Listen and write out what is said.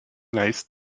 nice